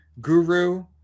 guru